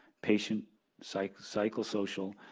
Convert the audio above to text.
patient so like psychosocial